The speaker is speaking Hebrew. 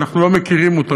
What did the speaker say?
ואנחנו לא מכירים אותו,